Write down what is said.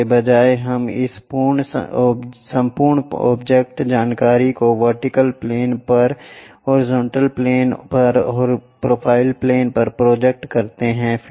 इसके बजाय हम इस संपूर्ण ऑब्जेक्ट जानकारी को वर्टिकल प्लेन पर हॉरिजॉन्टल प्लेन पर प्रोफ़ाइल प्लेन पर प्रोजेक्ट करते हैं